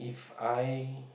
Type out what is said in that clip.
I